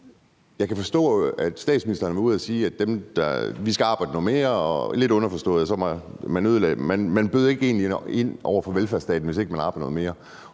Jeg kan forstå, at statsministeren har været ude at sige, at vi skal arbejde noget mere, lidt underforstået, at man ikke bød ind over for velfærdsstaten, hvis ikke man arbejdede noget mere.